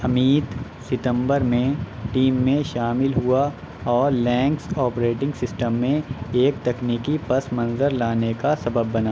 امیت ستمبر میں ٹیم میں شامل ہوا اور لینکس آپریٹنگ سسٹم میں ایک تکنیکی پس منظر لانے کا سبب بنا